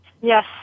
Yes